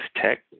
Tech